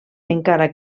encara